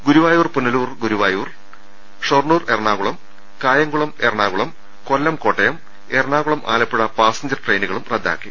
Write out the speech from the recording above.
Guruvayur Punalur Guruvayur Shoranur Ernakulam Kayamkulam Ernakulam Kollam Kottayam Ernakulam Alappuzha പാസഞ്ചറുകളും റദ്ദാക്കി